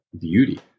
beauty